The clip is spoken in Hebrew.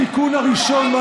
ולכן התיקון הראשון,